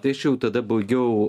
tai aš jau tada baigiau